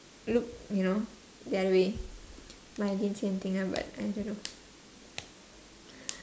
look you know the other way but I didn't see anything ah but I don't know